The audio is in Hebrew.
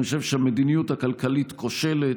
אני חושב שהמדיניות הכלכלית כושלת,